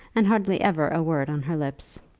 and hardly ever a word on her lips.